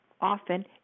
Often